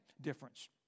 difference